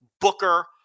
booker